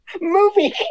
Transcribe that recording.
movie